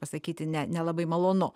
pasakyti ne nelabai malonu